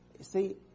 See